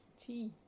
tea